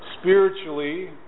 Spiritually